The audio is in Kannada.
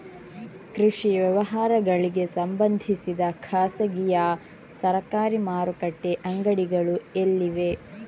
ಕೃಷಿ ವ್ಯವಹಾರಗಳಿಗೆ ಸಂಬಂಧಿಸಿದ ಖಾಸಗಿಯಾ ಸರಕಾರಿ ಮಾರುಕಟ್ಟೆ ಅಂಗಡಿಗಳು ಎಲ್ಲಿವೆ?